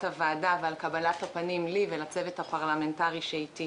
הוועדה ועל קבלת הפנים לי ולצוות הפרלמנטרי שאיתי.